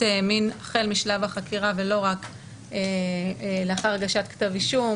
מין החל משלב החקירה ולא רק לאחר הגשת כתב אישום.